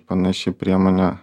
panaši priemonė